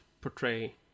portray